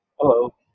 Hello